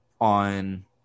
On